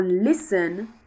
listen